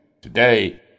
Today